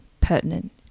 pertinent